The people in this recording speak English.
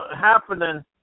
happening